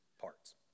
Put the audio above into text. parts